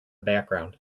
background